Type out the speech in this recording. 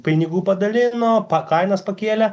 pinigų padalino kainas pakėlė